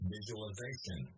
Visualization